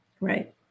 Right